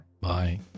Bye